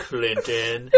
Clinton